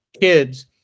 kids